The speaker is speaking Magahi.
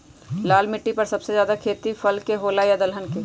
लाल मिट्टी पर सबसे ज्यादा खेती फल के होला की दलहन के?